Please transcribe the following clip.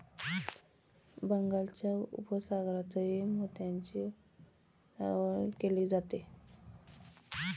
बंगालच्या उपसागरातही मोत्यांची लागवड केली जाते